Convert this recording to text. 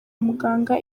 muganga